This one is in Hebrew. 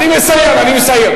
אני מסיים, אני מסיים.